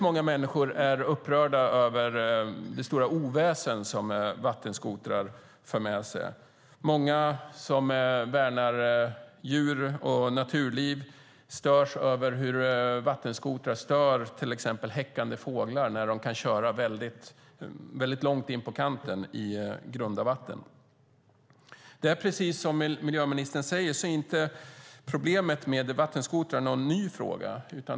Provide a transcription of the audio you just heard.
Många människor är upprörda över det oväsen som vattenskotrar för med sig. Många som värnar djur och naturliv störs av hur vattenskotrar stör till exempel häckande fåglar eftersom de kan köra långt in mot kanten i grunda vatten. Precis som miljöministern säger är inte problemet med vattenskotrar någon ny fråga.